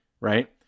Right